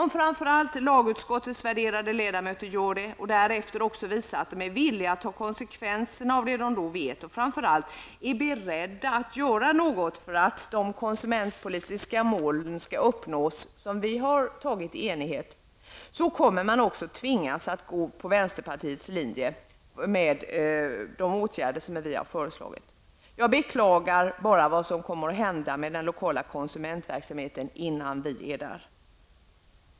Men om särskilt lagutskottets värderade ledamöter gör det och därefter också visar att de är villiga att ta konsekvenserna utifrån vad de då vet och, framför allt, om de är beredda att göra något för att de konsumentpolitiska mål skall kunna uppnås som vi har varit eniga om, kommer det att bli nödvändigt att följa vänsterpartiets linje när det gäller de åtgärder som vi har föreslagit. Jag bara beklagar vad som kommer att hinna hända med den lokala konsumentverksamheten innan vi har kommit så långt.